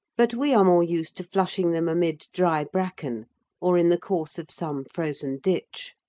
but we are more used to flushing them amid dry bracken or in the course of some frozen ditch.